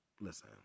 listen